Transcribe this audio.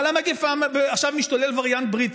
אבל המגפה, עכשיו משתולל וריאנט בריטי.